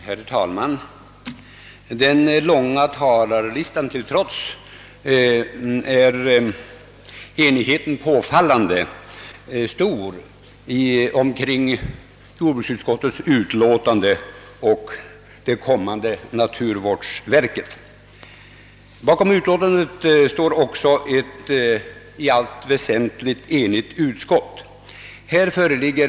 Herr talman! Den långa talarlistan till trots är enigheten påfallande stor om jordbruksutskottets utlåtande och om det kommande naturvårdsverket. Bakom utlåtandet står också ett i allt väsentligt enigt utskott.